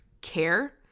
care